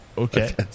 Okay